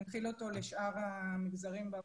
להנחיל אותו לשאר המגזרים באוכלוסייה.